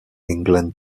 england